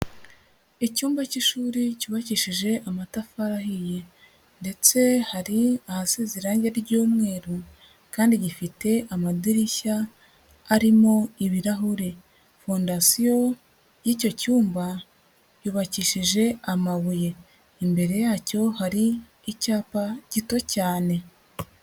Icyumba cy'ishuri cyubakishije amatafari ahiye ndetse hari ahasize irange ry'umweru kandi gifite amadirishya arimo ibirahure. Fondasiyo y'icyo cyumba, yubakishije amabuye. Imbere yacyo hari icyapa gito cyane.